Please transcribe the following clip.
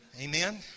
amen